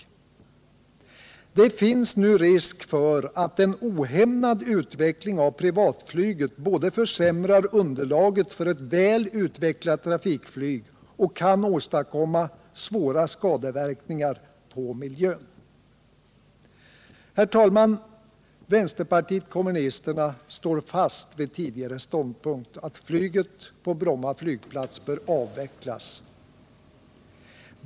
Det — Flygplatsfrågan i finns nu risk för att en hämmad utveckling av privatflyget både försämrar — Stockholmsregiounderlaget för ett väl utvecklat trafikflyg och kan åstadkomma svåra — nen skadeverkningar på miljön. Herr talman! Vänsterpartiet kommunisterna står fast vid tidigare ståndpunkt, att flyget på Bromma flygplats bör avvecklas.